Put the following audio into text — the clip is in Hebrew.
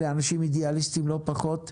אלה אנשים אידיאליסטים לא פחות,